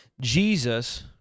Jesus